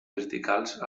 verticals